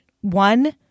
one